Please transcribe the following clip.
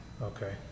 Okay